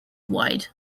wide